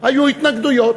היו התנגדויות.